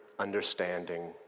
understanding